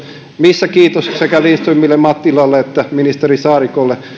mistä kiitos sekä lindströmille mattilalle että ministeri saarikolle